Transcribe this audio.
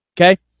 Okay